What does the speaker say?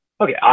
Okay